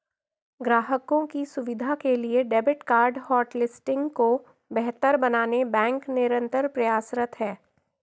ग्राहकों की सुविधा के लिए डेबिट कार्ड होटलिस्टिंग को बेहतर बनाने बैंक निरंतर प्रयासरत है